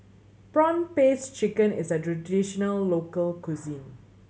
prawn paste chicken is a traditional local cuisine